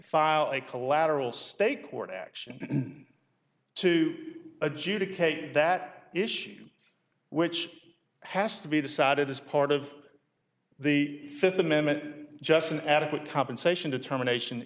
file a collateral state court action to adjudicate that issue which has to be decided as part of the fifth amendment just an adequate compensation determination